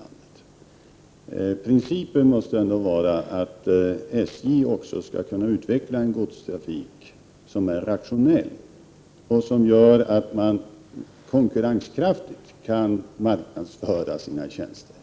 gå. Principen måste vara att SJ också skall utveckla en godstrafik som är rationell och som gör att SJ konkurrenskraftigt kan marknadsföra sina tjänster.